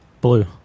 Blue